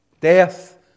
Death